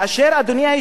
אדוני היושב-ראש,